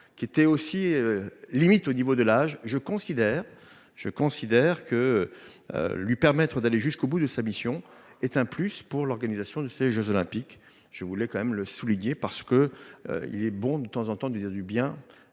qui était aussi. Limite au niveau de l'âge, je considère, je considère que. Lui permettre d'aller jusqu'au bout de sa mission est un plus pour l'organisation de ces Jeux olympiques, je voulais quand même le souligner parce que il est bon de temps en temps de dire du bien